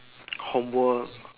homework